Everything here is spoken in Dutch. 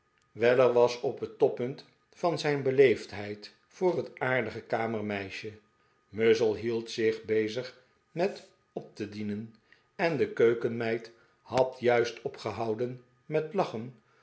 was op het toppunt van zijn beleefdheid voor het aardige kamermeisje muzzle bield zich bezig met op te dienen en de keukenmeid had juist opgehouden met lachen